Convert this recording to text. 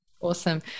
Awesome